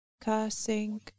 cursing